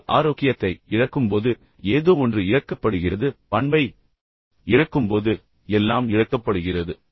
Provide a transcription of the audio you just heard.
ஆனால் ஆரோக்கியத்தை இழக்கும்போது ஏதோ ஒன்று இழக்கப்படுகிறது பண்பை இழக்கும்போது எல்லாம் இழக்கப்படுகிறது